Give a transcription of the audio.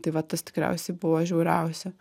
tai va tas tikriausiai buvo žiauriausia